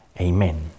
Amen